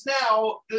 now